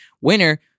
winner